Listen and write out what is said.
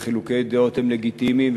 וחילוקי דעות הם לגיטימיים,